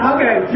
Okay